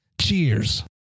Cheers